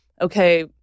okay